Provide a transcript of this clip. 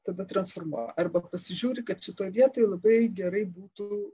tada transformuoja arba pasižiūri kad šitoj vietoj labai gerai būtų